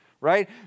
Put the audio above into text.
Right